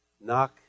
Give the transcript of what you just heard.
Knock